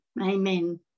amen